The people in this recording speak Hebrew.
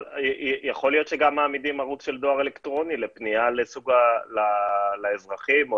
אבל יכול להיות שגם מעמידים ערוץ של דואר אלקטרוני לפנייה לאזרחים או